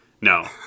no